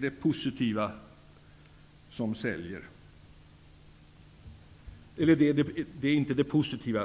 Det är inte det positiva